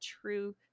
true